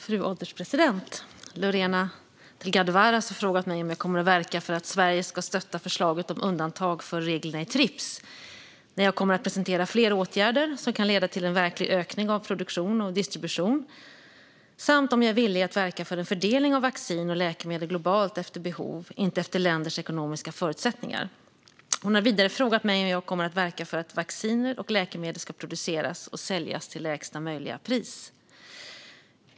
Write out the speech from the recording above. Fru ålderspresident! Lorena Delgado Varas har frågat mig om jag kommer att verka för att Sverige ska stötta förslaget om undantag från reglerna i Trips, när jag kommer att presentera fler åtgärder som kan leda till en verklig ökning av produktion och distribution och om jag är villig att verka för en fördelning av vaccin och läkemedel globalt efter behov, inte efter länders ekonomiska förutsättningar. Hon har vidare frågat mig om jag kommer att verka för att vacciner och läkemedel ska produceras och säljas till lägsta möjliga pris.